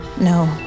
no